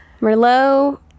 Merlot